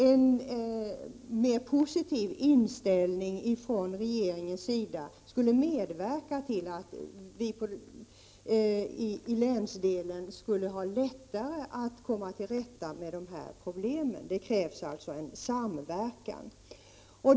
En mera positiv inställning från regeringens sida skulle medverka till att vi i den länsdelen skulle ha lättare att komma till rätta med de här problemen. Det krävs alltså en samverkan.